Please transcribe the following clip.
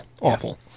Awful